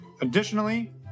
Additionally